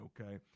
okay